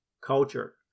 Culture